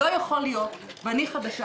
לא יכול להיות ואני חדשה